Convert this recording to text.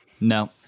No